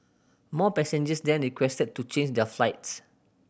more passengers then requested to change their flights